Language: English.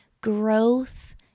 Growth